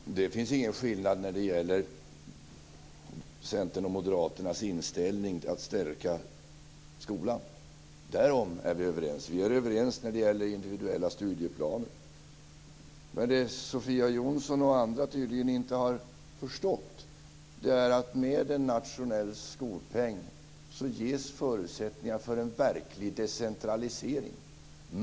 Fru talman! Det finns ingen skillnad när det gäller Centerns och Moderaternas inställning, att stärka skolan. Därom är vi överens. Vi är överens om individuella studieplaner. Men det Sofia Jonsson och andra tydligen inte har förstått är att med en nationell skopeng ges förutsättningar för en verklig decentralisering.